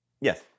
Yes